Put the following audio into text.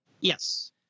yes